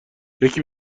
یکی